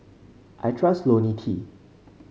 I trust IoniL T